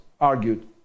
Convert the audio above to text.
argued